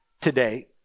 today